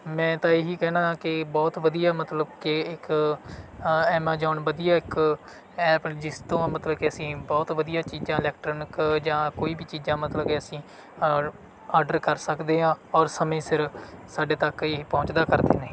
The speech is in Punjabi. ਮੈਂ ਤਾਂ ਹੀ ਇਹ ਕਹਿਨਾ ਕਿ ਬਹੁਤ ਵਧੀਆ ਮਤਲਬ ਕੇ ਇੱਕ ਐਮਾਜੋਨ ਵਧੀਆ ਇੱਕ ਐਪ ਜਿਸ ਤੋਂ ਮਤਲਬ ਕੇ ਅਸੀਂ ਬਹੁਤ ਵਧੀਆ ਚੀਜ਼ਾਂ ਇਲੈਕਟ੍ਰੋਨਿਕ ਜਾਂ ਕੋਈ ਵੀ ਚੀਜ਼ਾਂ ਮਤਲਬ ਕੇ ਅਸੀਂ ਆਰ ਆਡਰ ਕਰ ਸਕਦੇ ਹਾਂ ਔਰ ਸਮੇਂ ਸਿਰ ਸਾਡੇ ਤੱਕ ਇਹ ਪਹੁੰਚਦਾ ਕਰਦੇ ਨੇ